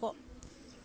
लाथिख'